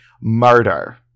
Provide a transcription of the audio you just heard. murder